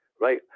Right